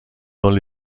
dans